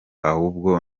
ahubwo